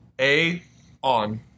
A-on